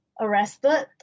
arrested